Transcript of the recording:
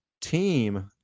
team